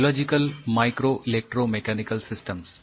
biological micro electro mechanical systems